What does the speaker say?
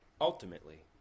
ultimately